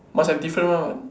must have different one what